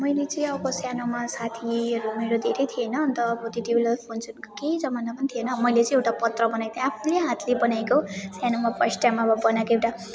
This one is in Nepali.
मैले चाहिँ अब सानोमा साथीहरू मेरो धेरै थिए होइन अन्त अब त्यति बेला केही जमाना पनि थिएन अन्त मैले चाहिँ एउटा पत्र बनाएको थिएँ आफ्नै हातले बनाएको सानोमा फर्स्ट टाइम बनाएको एउटा